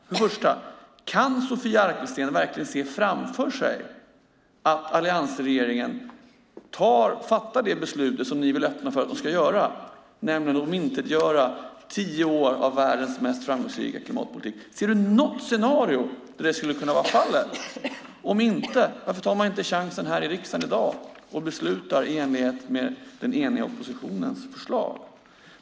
För det första: Kan Sofia Arkelsten se framför sig att alliansregeringen fattar det beslut som ni vill öppna för att den ska göra, nämligen omintetgöra tio år av världens mest framgångsrika klimatpolitik? Ser du något scenario där det skulle kunna vara fallet? Om inte, varför tar man inte chansen i riksdagen i dag att besluta i enlighet med den eniga oppositionens förslag?